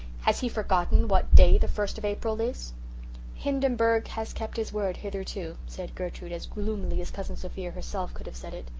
has he forgotten what day the first of april is hindenburg has kept his word hitherto said gertrude, as gloomily as cousin sophia herself could have said it.